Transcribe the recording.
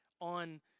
on